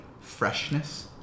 freshness